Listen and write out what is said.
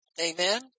Amen